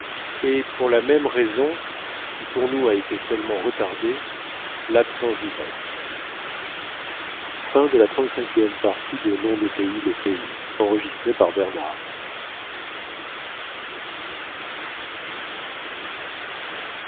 et pour la même raison qui pour nous a été seulement retardée l'absence d'ivresse